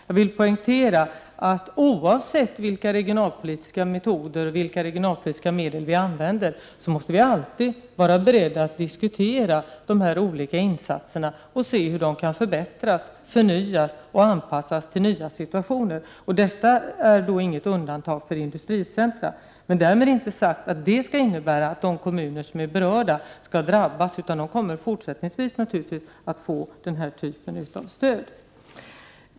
Jag vill poängtera att oavsett vilka regionalpolitiska metoder och vilka regionalpolitiska medel vi använder så måste vi alltid vara beredda att diskutera de här olika insatserna och se hur de kan förbättras, förnyas och anpassas till nya situationer. Det gäller inget undantag för industricentra. Därmed har jag inte sagt att det skulle innebära att de kommuner som är berörda kommer att drabbas, utan de kommer naturligtvis fortsättningsvis att få denna typ av stöd.